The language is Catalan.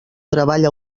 treball